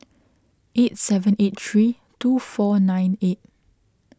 eight seven eight three two four nine eight